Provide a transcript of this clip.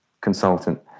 consultant